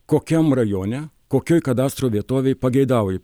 kokiam rajone kokioj kadastro vietovėj pageidauji